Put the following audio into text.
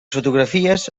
fotografies